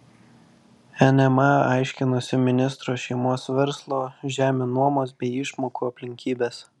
nma aiškinasi ministro šeimos verslo žemių nuomos bei išmokų aplinkybes